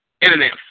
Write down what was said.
internet